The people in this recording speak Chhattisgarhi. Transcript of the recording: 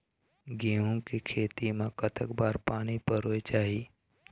गेहूं के खेती मा कतक बार पानी परोए चाही?